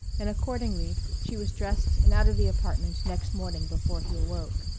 and accordingly she was dressed and out of the apartment next morning before he awoke.